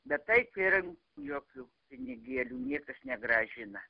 bet taip ir jokių pinigėlių niekas negrąžina